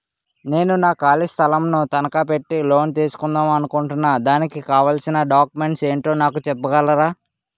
నేను నా ఖాళీ స్థలం ను తనకా పెట్టి లోన్ తీసుకుందాం అనుకుంటున్నా దానికి కావాల్సిన డాక్యుమెంట్స్ ఏంటో నాకు చెప్పగలరా?